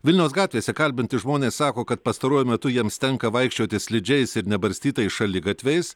vilniaus gatvėse kalbinti žmonės sako kad pastaruoju metu jiems tenka vaikščioti slidžiais ir nebarstytais šaligatviais